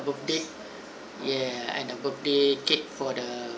birthday ya and a birthday cake for the